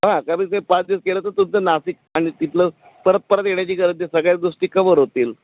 हां कमीत कमी पाच दिवस केलं तर तुमचं नाशिक आणि तिथलं परत परत येण्याची गरज नाही सगळ्या गोष्टी कवर होतील